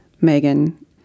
Megan